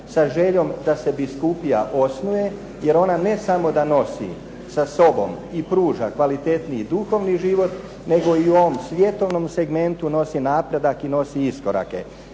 sa željom da se biskupija osnuje jer ona ne samo da nosi sa sobom i pruža kvalitetniji duhovni život nego i u ovom svjetovnom segmentu nosi napredak i nosi iskorake.